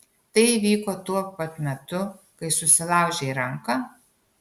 tai įvyko tuo pat metu kai susilaužei ranką